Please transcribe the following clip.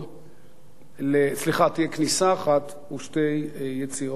סליחה, יהיו כניסה אחת ושתי יציאות.